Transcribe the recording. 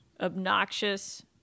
obnoxious